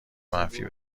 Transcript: منفی